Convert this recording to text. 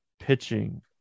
pitching